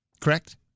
Correct